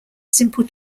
simple